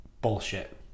bullshit